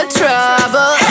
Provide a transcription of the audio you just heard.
trouble